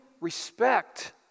respect